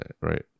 right